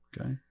Okay